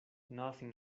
nothing